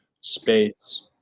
space